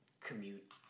commute